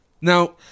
Now